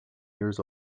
years